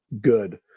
good